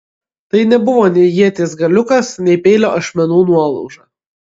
tai nebuvo nei ieties galiukas nei peilio ašmenų nuolauža